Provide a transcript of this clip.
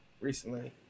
recently